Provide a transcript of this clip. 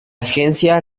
agencia